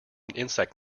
insect